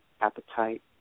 appetite